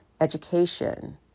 education